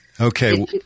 Okay